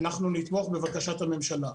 אנחנו נתמוך בבקשת הממשלה.